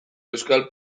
euskal